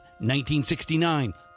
1969